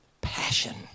passion